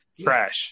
Trash